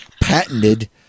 patented